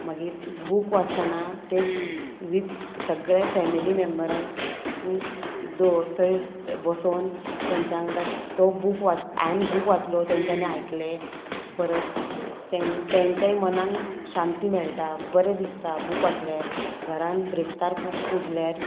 मागीर बूक वाचतना ते वीथ सगळे फॅमिली मेम्बरान दो थंय बसोन तेंच्या वांगडा तो बूक वाच हांवें बूक वाचलो तेंच्यांनी आयकलें परत ते तेंच्याय मनाक शांती मेळटा बरें दिसता बूक वाचल्यार घरान ब्रेस्तार पुजल्यार